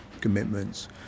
commitments